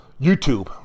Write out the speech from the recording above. YouTube